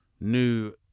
new